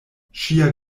ŝia